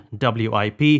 WIP